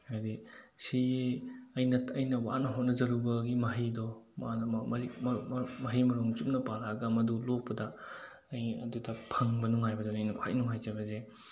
ꯍꯥꯏꯗꯤ ꯁꯤꯒꯤ ꯑꯩꯅ ꯑꯩꯅ ꯋꯥꯅ ꯍꯣꯠꯅꯖꯔꯨꯕꯒꯤ ꯃꯍꯩꯗꯣ ꯃꯥꯅ ꯃꯍꯩ ꯃꯔꯣꯡ ꯆꯨꯝꯅ ꯄꯥꯜꯂꯛꯑꯒ ꯃꯗꯨ ꯂꯣꯛꯄꯗ ꯑꯩ ꯑꯗꯨꯗ ꯐꯪꯕ ꯅꯨꯡꯉꯥꯏꯕꯗꯨꯅꯦ ꯑꯩꯅ ꯈ꯭ꯋꯥꯏ ꯅꯨꯡꯉꯥꯏꯖꯕꯁꯦ